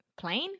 Plain